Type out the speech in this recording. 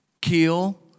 kill